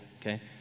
Okay